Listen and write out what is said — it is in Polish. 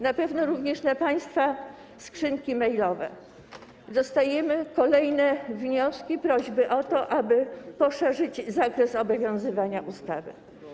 Na pewno również na państwa skrzynki e-mailowe przychodzą kolejne wnioski, prośby o to, aby poszerzyć zakres obowiązywania ustawy.